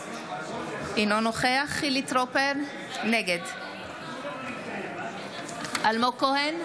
אינו נוכח חילי טרופר, נגד אלמוג כהן,